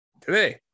Today